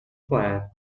plan